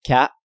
Cat